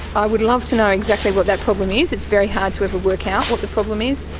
i would love to know exactly what that problem is, it's very hard to ever work out what the problem is,